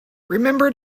remember